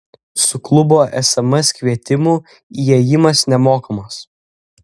su klubo sms kvietimu įėjimas nemokamas